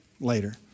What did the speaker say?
later